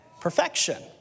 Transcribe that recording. Perfection